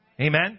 Amen